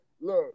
look